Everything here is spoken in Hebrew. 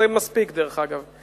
זה מספיק, דרך אגב.